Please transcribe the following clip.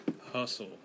hustle